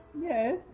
Yes